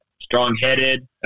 strong-headed